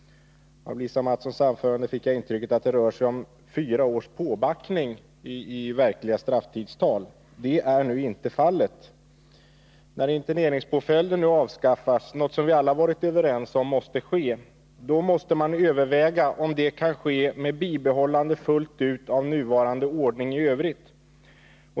Av Lisa Mattsons anförande fick jag intrycket att det rör sig om fyra års påbackning. Det är nu inte fallet. När interneringspåföljden nu avskaffas, något som vi alla varit överens om bör ske, måste man överväga om detta kan ske med bibehållande fullt ut av nuvarande ordning i övrigt.